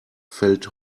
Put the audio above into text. fällt